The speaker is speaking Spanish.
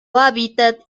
hábitat